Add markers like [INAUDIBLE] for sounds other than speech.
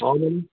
[UNINTELLIGIBLE]